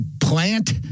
plant